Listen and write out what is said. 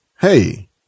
Hey